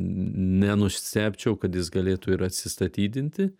nenustebčiau kad jis galėtų ir atsistatydinti